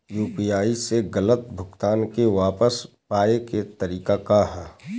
UPI से गलत भुगतान के वापस पाये के तरीका का ह?